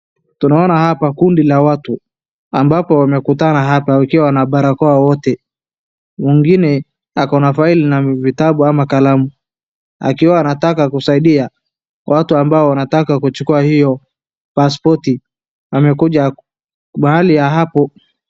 Tunaona hapa kundi la watu ambapo wamekutana wakiwa na barakoa wote. Mwingine ako na faili na vitabu ama kalamu. Akiona anataka kusaidia watu ambao wanataka kuchukua hiyo paspoti amekuja mahali ya hapo.